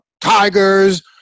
tigers